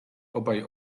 obaj